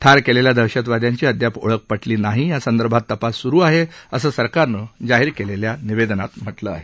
ठार करण्यात आलेल्या दहशतवाद्यांची अद्याप ओळख पटलेली नाही या संदर्भात तपास सुरु आहे असं सरकारनं जारी केलेल्या निवेदनात म्हटलं आहे